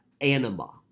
anima